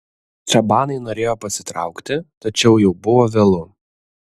čabanai norėjo pasitraukti tačiau jau buvo vėlu